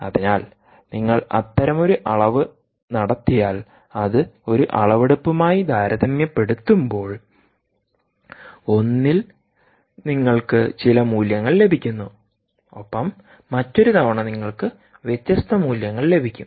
അതിനാൽ നിങ്ങൾ അത്തരമൊരു അളവ് നടത്തിയാൽ അത് ഒരു അളവെടുപ്പുമായി താരതമ്യപ്പെടുത്തുമ്പോൾ ഒന്നിൽ നിങ്ങൾക്ക് ചില മൂല്യങ്ങൾ ലഭിക്കുന്നു ഒപ്പം മറ്റൊരു തവണ നിങ്ങൾക്ക് വ്യത്യസ്ത മൂല്യങ്ങൾ ലഭിക്കും